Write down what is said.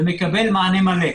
ומקבל מענה מלא.